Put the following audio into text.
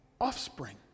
Offspring